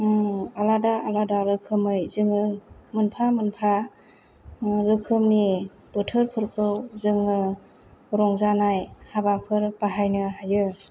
आलादा आलादा रोखोमै जोङो मोनफा मोनफा रोखोमनि बोथोरफोरखौ जोङो रंजानाय हाबाफोर बाहायनो हायो